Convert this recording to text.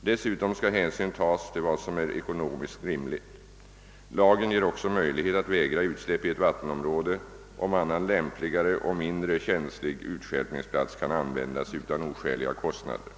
Dessutom skall hänsyn tas till vad som är ekonomiskt rimligt. Lagen ger också möjlighet att vägra utsläpp i ett vattenområde om annan lämpligare och mindre känslig utstjälpningsplats kan användas utan oskäliga kostnader.